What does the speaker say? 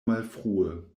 malfrue